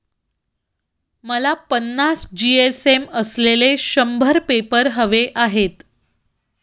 मला पन्नास जी.एस.एम असलेले शंभर पेपर हवे आहेत